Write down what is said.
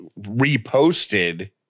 reposted